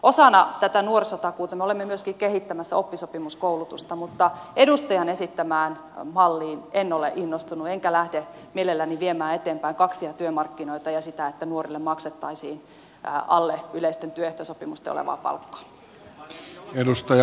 osana tätä nuorisotakuuta me olemme myöskin kehittämässä oppisopimuskoulutusta mutta edustajan esittämään malliin en ole innostunut enkä lähde mielelläni viemään eteenpäin kaksia työmarkkinoita ja sitä että nuorille maksettaisiin alle yleisten työehtosopimusten olevaa palkkaa